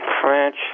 French